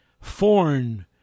foreign